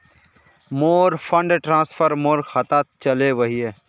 मोर fund transfer मोर खातात चले वहिये